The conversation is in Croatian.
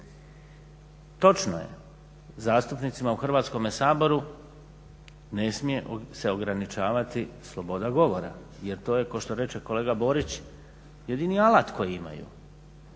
Točno je, zastupnicima u Hrvatskome saboru ne smije se ograničavati sloboda govora jer to je kao što reče kolega Borić jedini alat koji imaju,